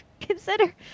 consider